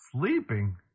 Sleeping